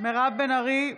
מירב בן ארי,